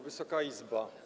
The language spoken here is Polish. Wysoka Izbo!